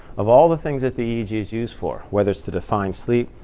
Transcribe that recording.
of all the things that the eeg is used for, whether it's to define sleep,